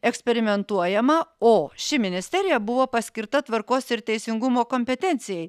eksperimentuojama o ši ministerija buvo paskirta tvarkos ir teisingumo kompetencijai